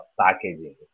packaging